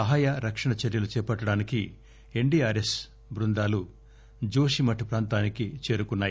సహాయ రక్షణ చర్యలు చేపట్టడానికి ఎస్టీఆర్ఎఫ్ బృందాలు జోషి మఠ్ ప్రాంతానికి చేరుకున్నాయి